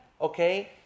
okay